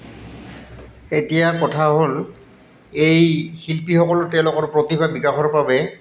এতিয়া কথা হ'ল এই শিল্পীসকলো তেওঁলোকৰ প্ৰতিভা বিকাশৰ বাবে